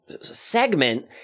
segment –